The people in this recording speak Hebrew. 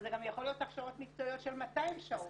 זה גם יכול להיות הכשרות מקצועיות של 200 שעות.